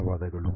ಧನ್ಯವಾದಗಳು